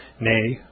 nay